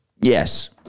Yes